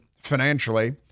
financially